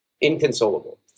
inconsolable